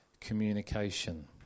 communication